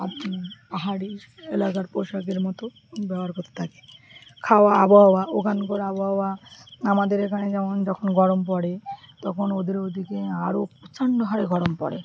আ পাহাড়ি এলাকার পোশাকের মতো ব্যবহার করতে থাকে খাওয়া আবহাওয়া ওখান করে আবহাওয়া আমাদের এখানে যেমন যখন গরম পড়ে তখন ওদের ওদিকে আরও প্রচণ্ড হারে গরম পড়ে